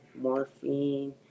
morphine